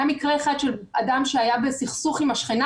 היה מקרה אחד של אדם שהיה בסכסוך עם השכנה